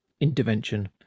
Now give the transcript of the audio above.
Intervention